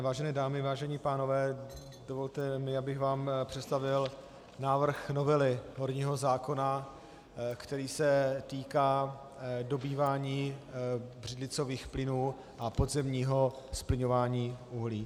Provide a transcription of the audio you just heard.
Vážené dámy, vážení pánové, dovolte mi, abych vám představil návrh novely horního zákona, který se týká dobývání břidlicových plynů a podzemního zplyňování uhlí.